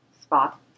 spot